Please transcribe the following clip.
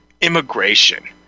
immigration